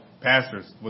pastors